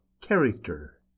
Character